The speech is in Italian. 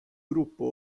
gruppo